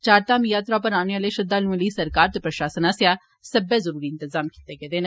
चार धाम यात्रा पर औने आले श्रद्वालुएं लेई सरकार ते प्रशासन नै सब्बे जरूरी इंतजाम कीते दे न